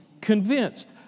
convinced